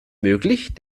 möglich